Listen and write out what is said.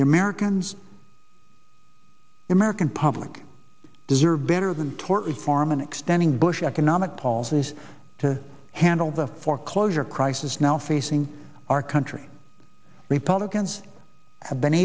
the americans the american public deserve better than tort reform and extending bush economic policies to handle the foreclosure crisis now facing our country republicans have been